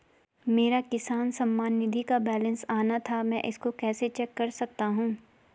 मेरा किसान सम्मान निधि का बैलेंस आना था मैं इसको कैसे चेक कर सकता हूँ?